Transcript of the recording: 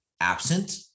absent